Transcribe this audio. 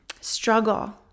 struggle